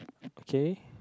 okay